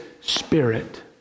Spirit